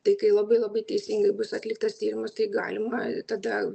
tai kai labai labai teisingai bus atliktas tyrimas tai galima tada